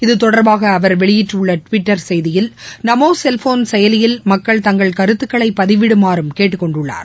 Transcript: இதுதொடர்பாக அவர் வெளியிட்டுள்ள டிவிட்டர் செய்தியில் நமோ செல்போன் செயலியில் மக்கள் தங்கள் கருத்துக்களை பதிவிடுமாறும் கேட்டுக்கொண்டுள்ளார்